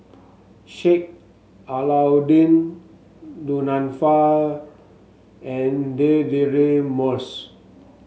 Sheik Alau'ddin Du Nanfa and Moss